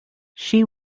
she